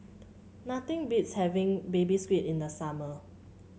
nothing beats having Baby Squid in the summer